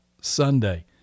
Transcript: Sunday